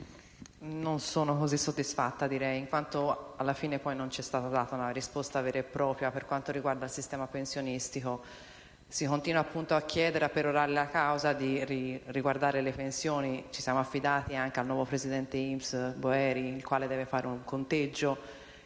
non sono così soddisfatta, direi, in quanto alla fine non ci è stata data una risposta vera e propria per quanto riguarda il sistema pensionistico. Si continua, appunto, a perorare la causa e a chiedere di rivedere le norme sulle pensioni. Ci siamo anche affidati al nuovo presidente INPS Boeri, il quale deve fare un conteggio